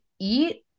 eat